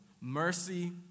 Mercy